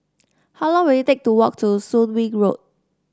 how long will it take to walk to Soon Wing Road